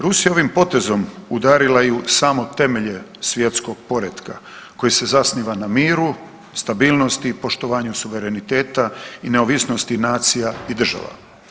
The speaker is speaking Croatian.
Rusija ovim potezom udarila je i u samo temelje svjetskog poretka koji se zasniva na miru, stabilnosti i poštovanju suvereniteta i neovisnosti nacija i država.